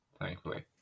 thankfully